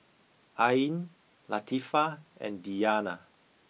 Ain Latifa and Diyana